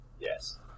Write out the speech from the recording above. Yes